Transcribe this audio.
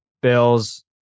Bills